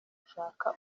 gushaka